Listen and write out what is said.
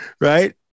right